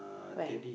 where